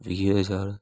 वीह हज़ार